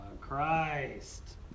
Christ